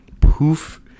poof